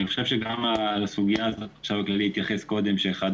גם לסוגיה הזאת החשב הכללי התייחס קודם כשאחד